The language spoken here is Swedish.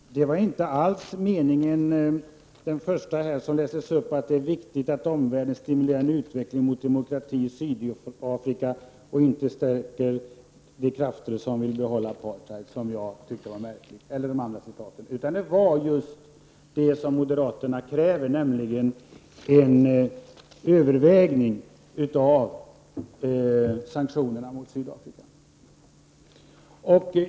Fru talman! Det var inte alls den första meningen som lästes upp av Margaretha af Ugglas — Det är viktigt att omvärlden stimulerar en utveckling mot demokrati i Sydafrika och inte stärker de krafter som vill behålla apartheid. — som jag tyckte var märklig och inte heller det övriga citatet. Det var just det moderaterna kräver, nämligen ett övervägande av sanktionerna mot Sydafrika.